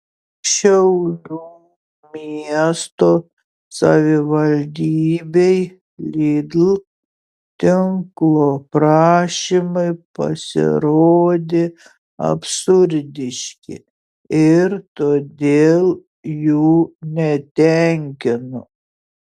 šiaulių miesto savivaldybei lidl tinklo prašymai pasirodė absurdiški ir todėl jų netenkino